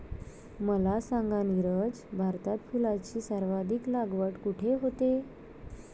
मला सांगा नीरज, भारतात फुलांची सर्वाधिक लागवड कुठे होते?